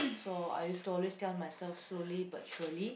so I used to always tell myself slowly but surely